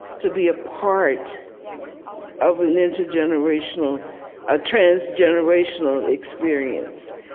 to be a part of an intergenerational a trans-generational experience,